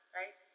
right